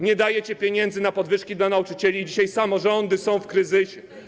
Nie dajecie pieniędzy na podwyżki dla nauczycieli i dzisiaj samorządy są w kryzysie.